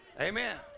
Amen